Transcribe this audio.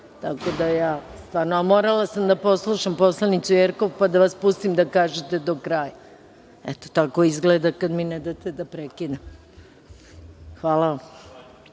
ste mu replicirali, a morala sam da poslušam poslanicu Jerkov, pa da vas pustim da kažete do kraja. Eto, tako izgleda kada mi ne date da prekinem. Hvala vam. Da